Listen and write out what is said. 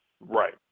Right